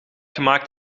gemaakt